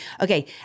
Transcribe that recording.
Okay